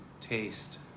taste